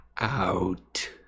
Out